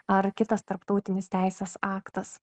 ar kitas tarptautinis teisės aktas